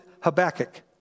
Habakkuk